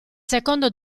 secondo